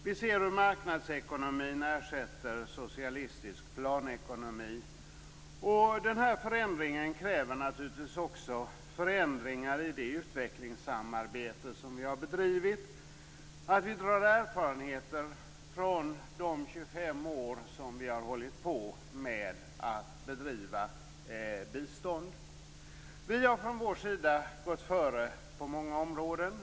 Vi ser hur marknadsekonomin ersätter socialistisk planekonomi. Den här förändringen kräver naturligtvis också förändringar i det utvecklingssamarbete som vi har bedrivit. Vi måste dra erfarenheter från de 25 år som vi har hållit på med att bedriva bistånd. Vi har från vår sida gått före på många områden.